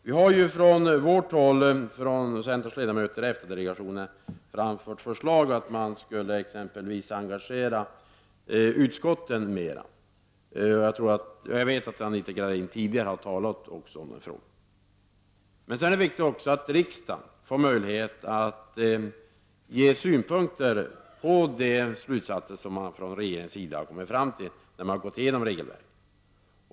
Vi har från centerns ledamöter i EFTA-delegationen framfört förslag om att man exempelvis skulle engagera utskotten mera. Jag vet att Anita Gradin tidigare också har talat om den frågan. Det är också viktigt att riksdagen får möjlighet att ge synpunkter på de slutsatser som regeringen kommer fram till när den har gått igenom regelverket.